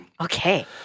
Okay